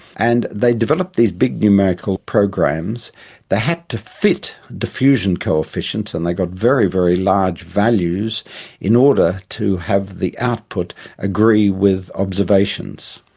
and they developed these big numerical programs that had to fit diffusion coefficients, and they got very, very large values in order to have the output agree with observations.